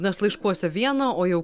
nes laiškuose viena o jau